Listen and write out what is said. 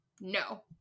No